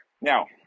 Now